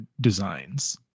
designs